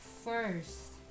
first